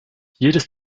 jedes